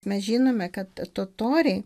mes žinome kad totoriai